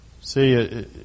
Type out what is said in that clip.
See